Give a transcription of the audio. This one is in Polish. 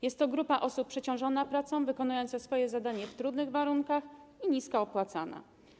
Jest to grupa osób przeciążona pracą, wykonująca swoje zadania w trudnych warunkach i nisko opłacana.